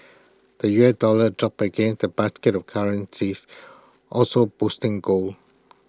the U S dollar dropped against A basket of currencies also boosting gold